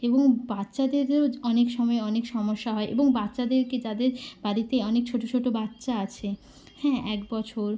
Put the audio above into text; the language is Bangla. এবং বাচ্চাদেরও য্ অনেক সময় অনেক সমস্যা হয় এবং বাচ্চাদেরকে যাদের বাড়িতে অনেক ছোটো ছোটো বাচ্চা আছে হ্যাঁ এক বছর